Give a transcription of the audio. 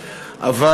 אבל,